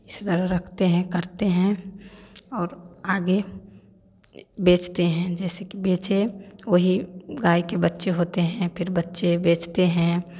इसी तरह रखते हैं करते हैं और आगे बेचते हैं जैसे कि बेचें वही गाय के बच्चे होते हैं फिर बच्चे बेचते हैं